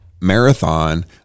marathon